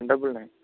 double nine